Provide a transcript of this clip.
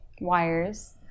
wires